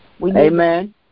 Amen